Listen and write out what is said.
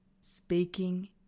Speaking